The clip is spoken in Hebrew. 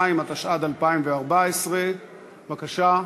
2), התשע"ד 2014. בבקשה.